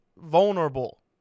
vulnerable